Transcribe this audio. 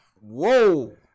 Whoa